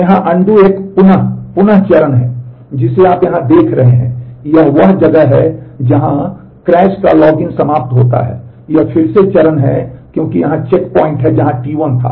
तो यहाँ अनडू एक पुनः पुनः चरण है जिसे आप यहाँ देख रहे हैं यह वह जगह है जहाँ crash का लॉग इन समाप्त होता है ये फिर से चरण हैं क्योंकि ये चेक पॉइंट हैं जहां T1 था